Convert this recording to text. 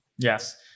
Yes